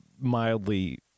mildly